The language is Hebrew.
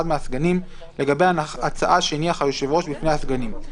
מהסגנים לגבי הצעה שהניח היושב ראש בפני הסגנים".